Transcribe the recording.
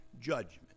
judgment